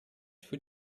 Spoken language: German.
für